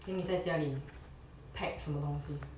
then 你在家里 pack 什么东西